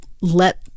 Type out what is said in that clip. let